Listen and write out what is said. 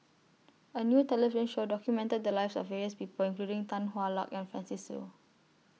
A New television Show documented The Lives of various People including Tan Hwa Luck and Francis Seow